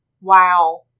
wow